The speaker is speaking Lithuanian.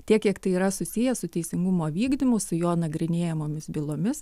tiek kiek tai yra susiję su teisingumo vykdymu su jo nagrinėjamomis bylomis